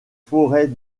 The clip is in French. forêts